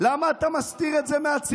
למה אתה מסתיר את זה מהציבור?